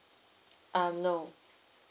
um no